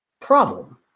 problem